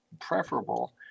preferable